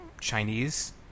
Chinese